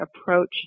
approach